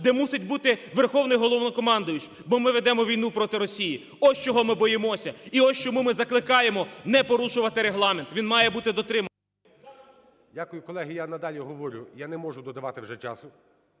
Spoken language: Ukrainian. де мусить бути Верховний Головнокомандувач, бо ми ведемо війну проти Росії. Ось чого ми боїмося, і ось чому ми закликаємо не порушувати Регламент. Він має бути дотриманий… ГОЛОВУЮЧИЙ. Дякую, колеги. Я надалі говорю. Я не можу додавати вже часу.